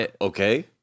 Okay